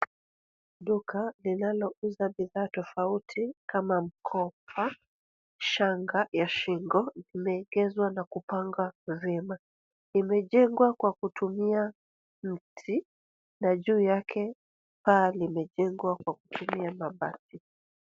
Duka linalouza vifaa tofauti kama mkoba, shanga ya shingo imeegezwa na kupangwa vyema. Imejengwa kwa kutumia mti na juu yake paa limejengwa kwa kutumia mabati.